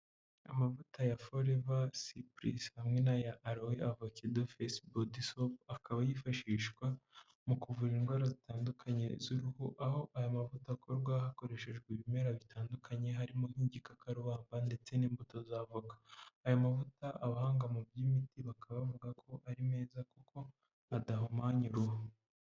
Amavuta ya foriver cprece hamwe n'aya arowe avakado faceboadisol akaba yifashishwa mu kuvura indwara zitandukanye z'uruhu aho aya mavuta akorwa hakoreshejwe ibimera bitandukanye harimo nk'igikakarubamba ndetse n'imbuto za avoka aya mavuta abahanga mu by'imiti bakaba bavuga ko ari meza kuko badahumanya uruhu.